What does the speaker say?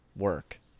work